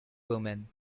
woman